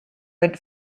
went